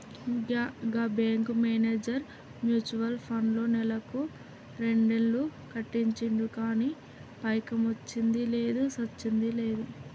గా bank manager mutual ఫండ్లో నెలకు రెండేలు కట్టించిండు గానీ పైకమొచ్చ్చింది లేదు, సచ్చింది లేదు